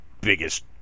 biggest